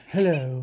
Hello